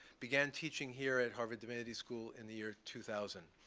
began teaching here at harvard divinity school in the year two thousand,